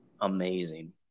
amazing